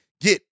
get